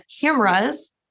cameras